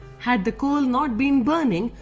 had the coal not been burning,